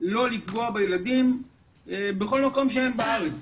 לא לפגוע בילדים בכל מקום שהם בארץ.